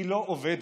היא לא עובדת.